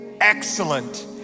excellent